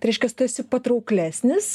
tai reiškias tu esi patrauklesnis